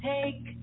Take